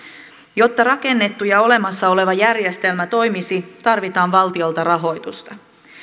jotta rakennettu ja olemassa oleva järjestelmä toimisi tarvitaan valtiolta rahoitusta